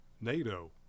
NATO